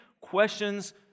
questions